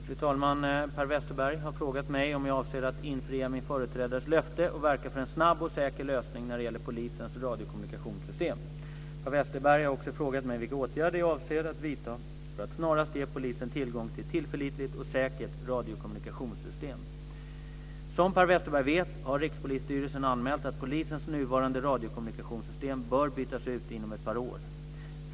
Fru talman! Per Westerberg har frågat mig om jag avser att infria min företrädares löfte och verka för en snabb och säker lösning när det gäller polisens radiokommunikationssystem. Per Westerberg har också frågat mig vilka åtgärder jag avser att vidta för att snarast ge polisen tillgång till ett tillförlitligt och säkert radiokommunikationssystem. Som Per Westerberg vet har Rikspolisstyrelsen anmält att polisens nuvarande radiokommunikationssystem bör bytas ut inom ett par år.